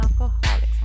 alcoholics